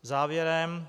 Závěrem.